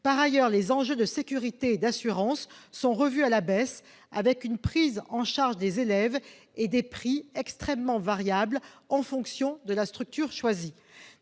Par ailleurs, les enjeux en termes de sécurité et d'assurance sont revus à la baisse, avec une prise en charge des élèves et des prix extrêmement variables en fonction de la structure choisie.